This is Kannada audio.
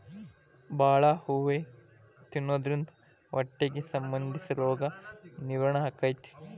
ಬಾಳೆ ಹೂ ತಿನ್ನುದ್ರಿಂದ ಹೊಟ್ಟಿಗೆ ಸಂಬಂಧಿಸಿದ ರೋಗ ನಿವಾರಣೆ ಅಕೈತಿ